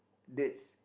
that's